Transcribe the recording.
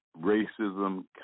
racism